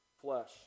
flesh